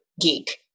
geek